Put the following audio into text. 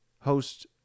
host